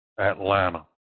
atlanta